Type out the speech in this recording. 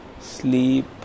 sleep